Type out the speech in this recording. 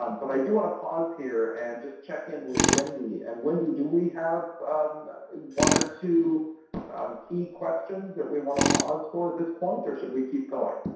um but i do want to pause here and just check in with wendy. and wendy, do we have one or two key questions that we want to pause for at this point, or should we keep going?